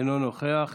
אינו נוכח.